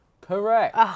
Correct